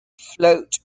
float